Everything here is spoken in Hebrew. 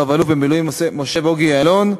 רב-אלוף במילואים משה בוגי יעלון,